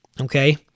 okay